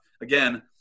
again